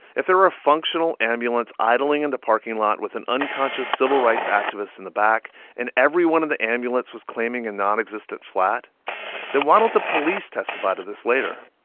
if there were a functional ambulance idling in the parking lot with an unconscious civil rights activist in the back and everyone in the ambulance was claiming a nonexistent flat, then why don't the police testify to this later?